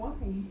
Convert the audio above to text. why